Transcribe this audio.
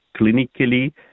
clinically